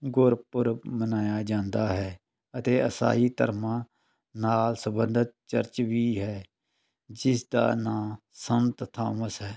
ਗੁਰਪੁਰਬ ਮਨਾਇਆ ਜਾਂਦਾ ਹੈ ਅਤੇ ਇਸਾਈ ਧਰਮਾਂ ਨਾਲ ਸੰਬੰਧਿਤ ਚਰਚ ਵੀ ਹੈ ਜਿਸ ਦਾ ਨਾਂ ਸੰਤ ਥੋਮਸ ਹੈ